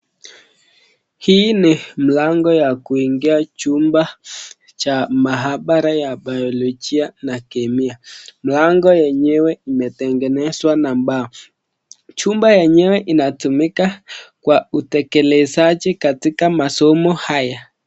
Hii ni mlango ya kuingia chumba cha mahabara ya biologia na chemia ambayo imetengenezwa na mbao. Chumba yenyewe inatumika kwa utelekelezaji katika masomo haya.